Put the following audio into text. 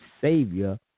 savior